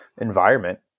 environment